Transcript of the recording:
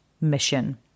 mission